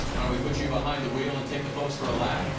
but we put you behind the wheels and took the folks for a lap.